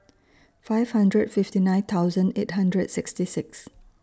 five hundred fifty nine thousand eight hundred sixty six